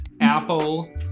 Apple